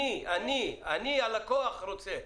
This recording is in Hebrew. אני, אני הלקוח רוצה.